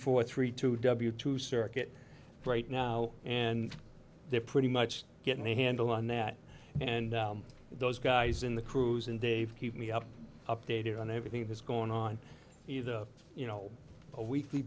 four three two w two circuit break now and they're pretty much getting a handle on that and those guys in the crews and dave keep me up updated on everything that's going on either you know a weekly